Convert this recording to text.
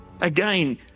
Again